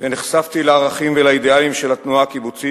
ונחשפתי לערכים ולאידיאלים של התנועה הקיבוצית